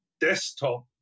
desktop